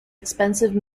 expensive